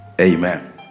amen